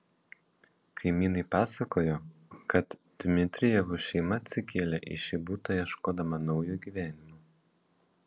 kaimynai pasakojo kad dmitrijevų šeima atsikėlė į šį butą ieškodama naujo gyvenimo